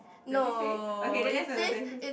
does it say okay then that's not the difference